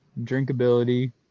Drinkability